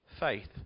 Faith